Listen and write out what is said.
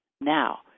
Now